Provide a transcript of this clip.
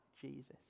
Jesus